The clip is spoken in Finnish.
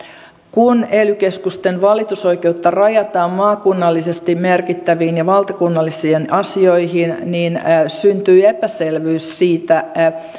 kun ely keskusten valitusoi keutta rajataan maakunnallisesti merkittäviin ja valtakunnallisiin asioihin niin syntyy epäselvyys siitä